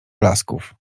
blasków